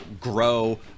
grow